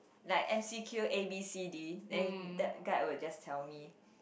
like M_C_Q A B C D then that guide will just tell me